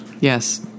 Yes